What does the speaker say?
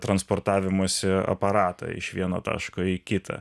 transportavimosi aparatą iš vieno taško į kitą